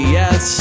yes